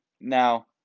Now